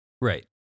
Right